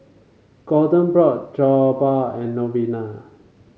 Gorden brought Jokbal and Novella